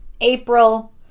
april